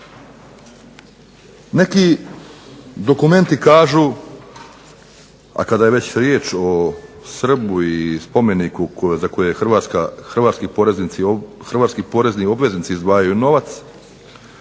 Neki dokumenti kažu, a kada je već riječ o Srbu i spomeniku za koji hrvatski porezni obveznici izdvajaju novac